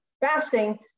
fasting